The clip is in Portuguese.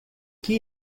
que